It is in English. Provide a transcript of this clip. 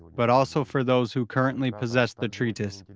but also for those who currently possess the treatise.